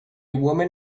woman